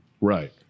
right